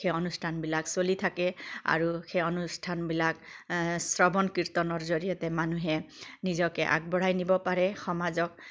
সেই অনুষ্ঠানবিলাক চলি থাকে আৰু সেই অনুষ্ঠানবিলাক শ্ৰৱণ কীৰ্তনৰ জৰিয়তে মানুহে নিজকে আগবঢ়াই নিব পাৰে সমাজক